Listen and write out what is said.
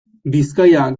bizkaia